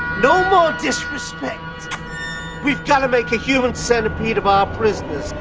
no more disrespect we've got to make a human centipede of our prisoners.